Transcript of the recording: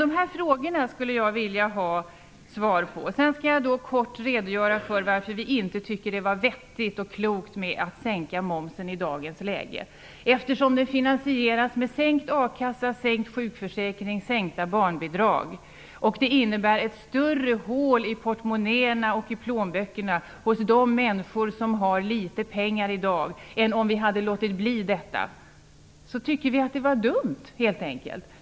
Dessa frågor skulle jag vilja ha svar på. Sedan skall jag kort redogöra för varför vi inte tycker att det var vettigt och klokt att sänka momsen i dagens läge. Eftersom den sänkta momsen finansieras med sänkt ersättningsnivå i a-kassa, i sjukförsäkring och sänkta barnbidrag, vilket innebär större hål i portmonnäerna och plånböckerna hos de människor som har litet pengar i dag än om vi hade låtit bli detta, tycker vi helt enkelt att det var dumt.